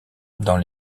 dans